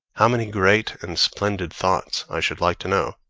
how many great and splendid thoughts, i should like to know,